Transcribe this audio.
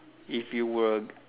if you were